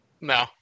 No